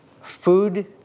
Food